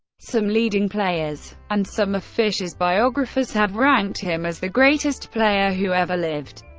some leading players and some of fischer's biographers have ranked him as the greatest player who ever lived.